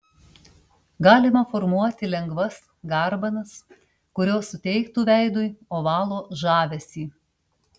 galima formuoti lengvas garbanas kurios suteiktų veidui ovalo žavesį